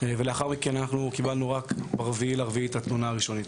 ולאחר מכן אנחנו קיבלנו רק ב-4 באפריל את התלונה הראשונית.